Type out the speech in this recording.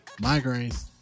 migraines